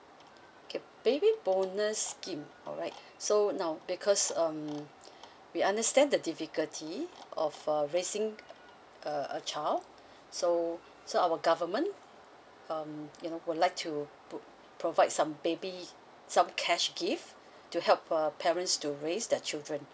okay baby bonus scheme alright so now because um we understand the difficulty of uh raising a a child so so our government um you know would like to book provide some baby some cash gift to help uh parents to raise their children